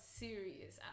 serious